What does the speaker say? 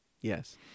yes